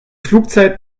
flugzeit